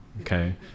Okay